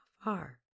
far